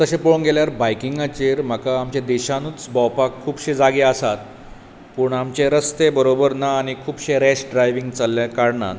तशें पळोंक गेल्यार बायकिंगाचेर म्हाका आमचे देशानूच भोंवपाक खुबशें जागे आसात पूण आमचे रस्ते बरोबर ना आनी खुबशें रेश ड्रायव्हींग चल्ल्या कारणान